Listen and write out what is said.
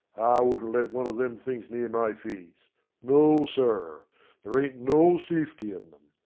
i wouldn't let one of them things near my face no, sir there ain't no safety in